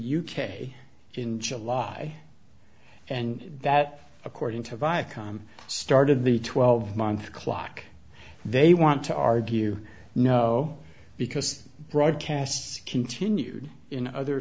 k in july and that according to viacom started the twelve month clock they want to argue no because broadcasts continued in other